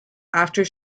after